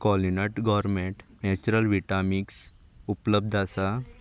Qualinut gourmet natural Vitamix उपलब्द आसा